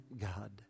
God